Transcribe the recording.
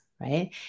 right